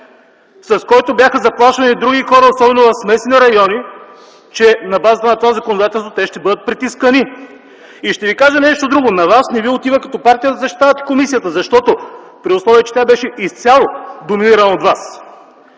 с който бяха заплашвани други хора, особено в смесените райони, че на базата на това законодателство те ще бъдат притискани! И ще Ви кажа нещо друго – не Ви отива като партия да защитавате комисията, при условие че тя беше изцяло доминирана от Вас.